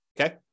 Okay